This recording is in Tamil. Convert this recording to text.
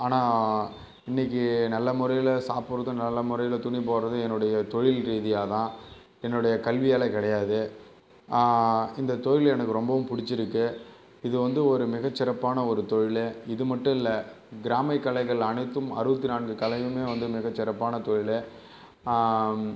ஆனால் இன்னைக்கி நல்ல முறையில் சாப்பிட்றது நல்ல முறையில் துணி போடுறது என்னோட தொழில் ரீதியாதான் என்னுடைய கல்வியால் கிடையாது இந்த தொழில் எனக்கு ரொம்பவும் பிடிச்சிருக்கு இதுவந்து ஒரு மிகச்சிறப்பான ஒரு தொழில் இது மட்டும் இல்லை கிராமிய கலைகள் அனைத்தும் அறுபத்தி நாலு கலையும் வந்து மிகச்சிறப்பான தொழில்